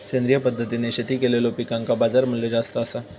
सेंद्रिय पद्धतीने शेती केलेलो पिकांका बाजारमूल्य जास्त आसा